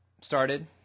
started